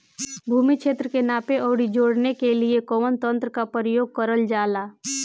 भूमि क्षेत्र के नापे आउर जोड़ने के लिए कवन तंत्र का प्रयोग करल जा ला?